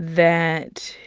that